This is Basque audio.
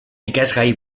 ikasgai